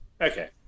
Okay